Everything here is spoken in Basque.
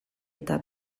eta